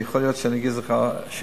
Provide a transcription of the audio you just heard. יכול להיות שאני ארגיז אותך יותר.